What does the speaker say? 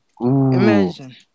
Imagine